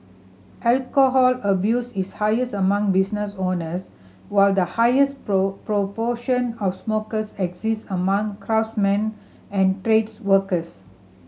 alcohol abuse is highest among business owners while the highest proportion of smokers exists among craftsmen and trades workers